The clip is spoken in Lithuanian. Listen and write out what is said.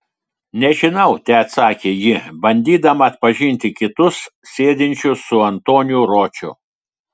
nežinau teatsakė ji bandydama atpažinti kitus sėdinčius su antoniu roču